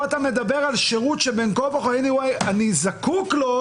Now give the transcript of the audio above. פה אתה מדבר על שירות שבין כה וכה אני זקוק לו,